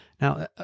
now